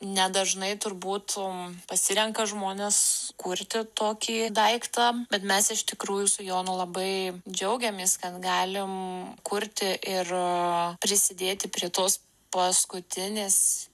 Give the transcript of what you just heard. nedažnai turbūt pasirenka žmonės kurti tokį daiktą bet mes iš tikrųjų su jonu labai džiaugiamės kad galim kurti ir prisidėti prie tos paskutinės